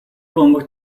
бөмбөг